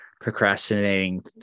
procrastinating